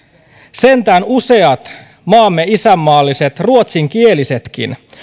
sentään useat maamme isänmaalliset ruotsinkielisetkin